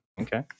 Okay